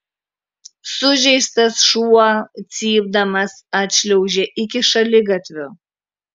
sužeistas šuo cypdamas atšliaužė iki šaligatvio